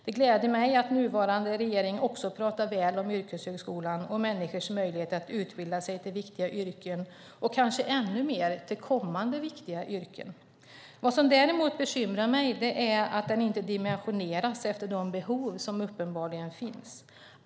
Det gläder mig att nuvarande regering också pratar väl om yrkeshögskolan och människors möjlighet att utbilda sig till viktiga yrken och kanske ännu mer till kommande viktiga yrken. Vad som däremot bekymrar mig är att den inte dimensioneras efter de behov som uppenbarligen finns.